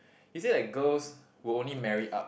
he say like girls will only marry up